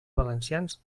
valencians